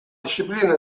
disciplina